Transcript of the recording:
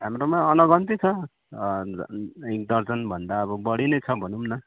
हाम्रोमा अनगन्ती छ एक दर्जनभन्दा अब बढी नै छ भनौँ न